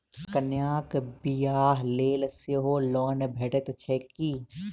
कन्याक बियाह लेल सेहो लोन भेटैत छैक की?